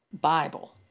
Bible